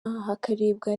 hakarebwa